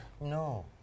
No